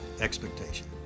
expectation